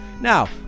Now